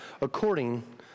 according